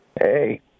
Hey